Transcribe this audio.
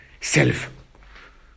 self